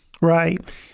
Right